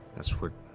that's what